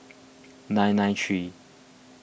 nine nine three